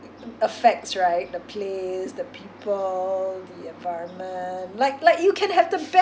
affects right the place the people the environment like like you can have the